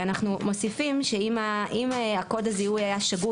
ואנחנו מוסיפים שאם קוד הזיהוי היה שגוי,